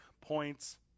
points